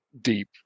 deep